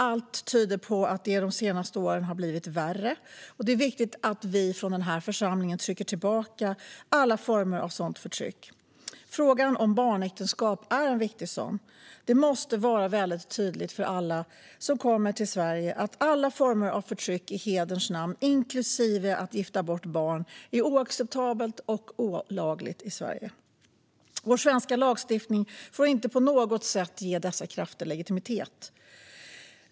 Allt tyder på att det de senaste åren har blivit värre. Det är viktigt att vi i den här församlingen trycker tillbaka alla former av sådant förtryck. Barnäktenskap är ett viktigt sådant. Det måste vara väldigt tydligt för alla som kommer till Sverige att alla former av förtryck i hederns namn, inklusive att gifta bort barn, är oacceptabla och olagliga i Sverige. Vår svenska lagstiftning får inte på något sätt ge dessa krafter legitimitet.